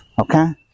okay